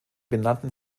benannten